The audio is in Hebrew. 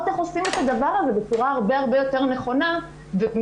איך עושים את הדבר הזה בצורה הרבה יותר נכונה ומקצועית?